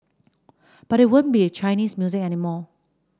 because it won't be Chinese music anymore